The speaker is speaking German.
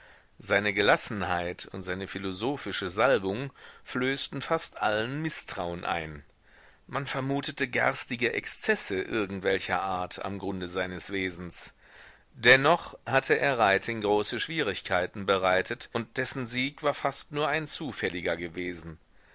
seine gelassenheit und seine philosophische salbung flößten fast allen mißtrauen ein man vermutete garstige exzesse irgendwelcher art am grunde seines wesens dennoch hatte er reiting große schwierigkeiten bereitet und dessen sieg war fast nur ein zufälliger gewesen